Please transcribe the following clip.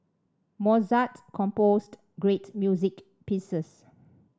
Mozart composed great music pieces